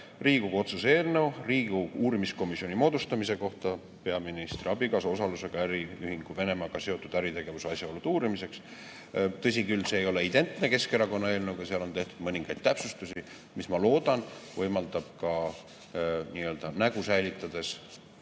Riigikogu otsuse eelnõu Riigikogu uurimiskomisjoni moodustamise kohta peaministri abikaasa osalusega äriühingu Venemaaga seotud äritegevuse asjaolude uurimiseks. Tõsi, see ei ole identne Keskerakonna eelnõuga, seal on tehtud mõningaid täpsustusi, mis, ma loodan, võimaldavad ka koalitsiooni esindajatel